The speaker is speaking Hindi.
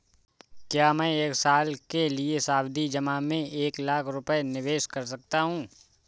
क्या मैं एक साल के लिए सावधि जमा में एक लाख रुपये निवेश कर सकता हूँ?